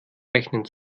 rechnen